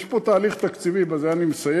יש פה תהליך תקציבי, ובזה אני מסיים.